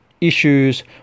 Issues